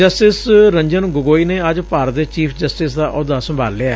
justice Ranjan Gogoi ਨੇ ਅੱਜ ਭਾਰਤ ਦੇ ਚੀਫ਼ ਜਸਟਿਸ ਦਾ ਅਹੁਦਾ ਸੰਭਾਲ ਲਿਐ